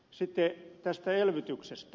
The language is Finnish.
sitten tästä elvytyksestä